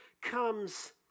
comes